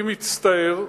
אני מצטער,